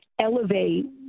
elevate